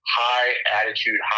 high-attitude